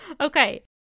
okay